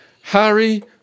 Harry